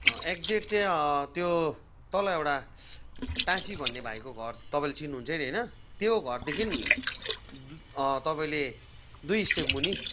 exact चाहिँ त्यो तल एउटा टाँसी भन्ने भाइको घर तपाईँले चिन्नुहुन्छ नि होइन त्यो घरदेखि तपाईँले दुई स्टेपमुनि